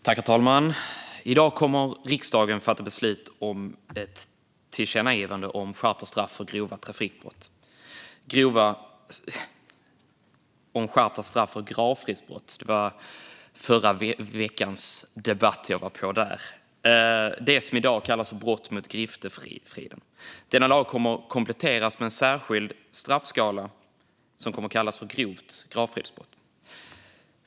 Herr talman! I dag kommer riksdagen att fatta beslut om ett tillkännagivande om skärpta straff för gravfridsbrott, det som i dag kallas brott mot griftefriden. Denna lag kommer att kompletteras med en särskild straffskala som kommer att kallas grovt gravfridsbrott.